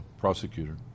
prosecutor